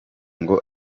ngo